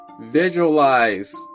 Visualize